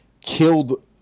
killed